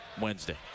Wednesday